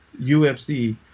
UFC